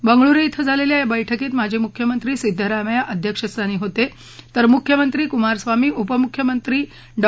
बंगळुरु श्वे झालखिा या बैठकीत माजी मुख्यमंत्री सिद्धरामय्या अध्यक्षस्थानी होत तर मुख्यमंत्री कुमारस्वामी उपमुख्यमंत्री डॉ